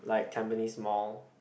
like Tampines Mall